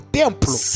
templo